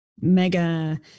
mega